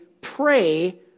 pray